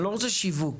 אני לא רוצה שיווק.